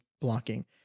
blocking